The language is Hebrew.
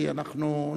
כי אנחנו,